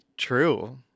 True